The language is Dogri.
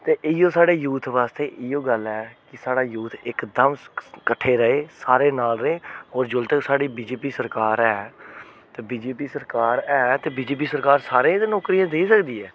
ते इ'यो साढ़े यूथ बास्तै इयो गल्ल ऐ कि साढ़ा यूथ इकदम कट्ठे रेह् सारे नाल रेह् होर जेल्ले तकर साढ़ी बी जे पी दी सरकार ऐ ते बीजेपी दी सरकार ऐ ते बी जे पी दी सरकार सारें गी ते नौकरियां देई सकदी ऐ